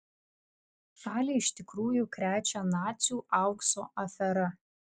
šalį iš tikrųjų krečia nacių aukso afera